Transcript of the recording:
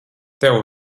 tev